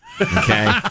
okay